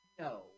No